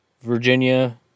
Virginia